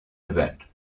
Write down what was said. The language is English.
event